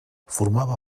formava